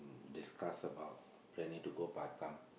discuss about planning to go Batam